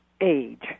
age